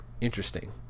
Interesting